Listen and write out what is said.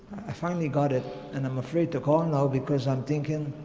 i finally got it and i'm afraid to call now because i'm thinking,